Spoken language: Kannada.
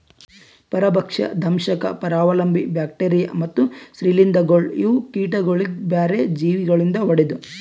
ಪರಭಕ್ಷ, ದಂಶಕ್, ಪರಾವಲಂಬಿ, ಬ್ಯಾಕ್ಟೀರಿಯಾ ಮತ್ತ್ ಶ್ರೀಲಿಂಧಗೊಳ್ ಇವು ಕೀಟಗೊಳಿಗ್ ಬ್ಯಾರೆ ಜೀವಿ ಗೊಳಿಂದ್ ಹೊಡೆದು